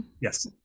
Yes